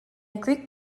greek